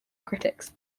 critics